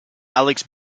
alex